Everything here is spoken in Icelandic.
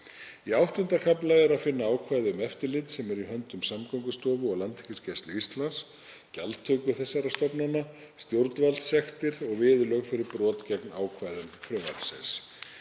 Í VIII. kafla er að finna ákvæði um eftirlit, sem er í höndum Samgöngustofu og Landhelgisgæslu Íslands, gjaldtöku þessara stofnana, stjórnvaldssektir og viðurlög fyrir brot gegn ákvæðum frumvarpsins.